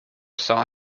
saw